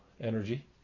energy